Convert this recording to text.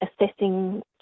Assessing